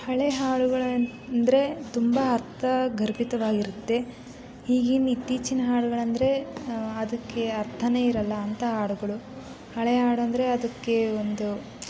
ಹಳೆಯ ಹಾಡುಗಳೆಂದರೆ ತುಂಬ ಅರ್ಥಗರ್ಭಿತವಾಗಿರುತ್ತೆ ಈಗಿನ ಇತ್ತೀಚಿನ ಹಾಡುಗಳೆಂದರೆ ಅದಕ್ಕೆ ಅರ್ಥನೇ ಇರಲ್ಲ ಅಂತ ಹಾಡುಗಳು ಹಳೆಯ ಹಾಡೆಂದರೆ ಅದಕ್ಕೆ ಒಂದು